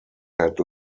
had